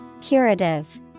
Curative